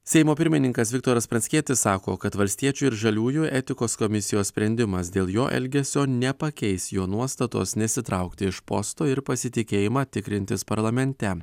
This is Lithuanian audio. seimo pirmininkas viktoras pranckietis sako kad valstiečių ir žaliųjų etikos komisijos sprendimas dėl jo elgesio nepakeis jo nuostatos nesitraukti iš posto ir pasitikėjimą tikrintis parlamente